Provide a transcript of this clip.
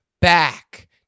back